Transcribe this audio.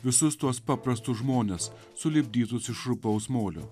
visus tuos paprastus žmones sulipdytus iš rupaus molio